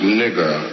nigger